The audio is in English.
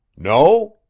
no?